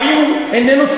האם הוא פאשיסט?